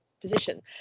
position